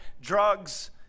drugs